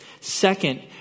Second